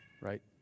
right